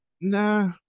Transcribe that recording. Nah